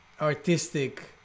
artistic